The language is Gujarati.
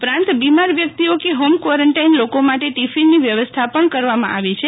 ઉપરાંત બિમાર વ્યક્તિઓ કે હોમ ક્વોરન્ટાઈન લોકો માટે ટિફીનની વ્યવસ્થા પણ કરવામાં આવી છે